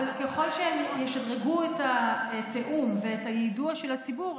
אבל ככל שהם ישדרגו את התיאום ואת היידוע של הציבור,